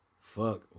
fuck